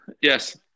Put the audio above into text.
Yes